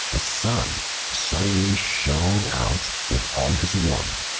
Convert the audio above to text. the sun suddenly shone out with all his warmth.